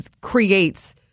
creates